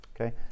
Okay